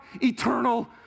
eternal